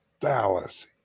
fallacy